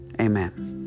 Amen